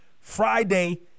Friday